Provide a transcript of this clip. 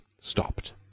stopped